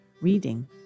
Reading